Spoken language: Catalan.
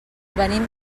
venim